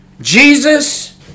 Jesus